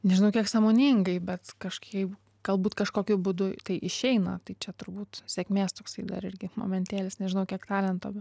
nežinau kiek sąmoningai bet kažkaip galbūt kažkokiu būdu tai išeina tai čia turbūt sėkmės toksai dar irgi momentėlis nežinau kiek talento